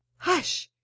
hush,